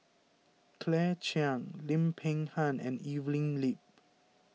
Claire Chiang Lim Peng Han and Evelyn Lip